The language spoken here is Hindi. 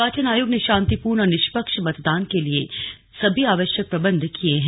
निर्वाचन आयोग ने शांतिपूर्ण और निष्पक्ष मतदान के लिए सभी आवश्यक प्रबंध किए हैं